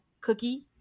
Cookie